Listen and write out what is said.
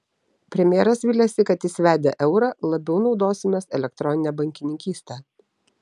premjeras viliasi kad įsivedę eurą labiau naudosimės elektronine bankininkyste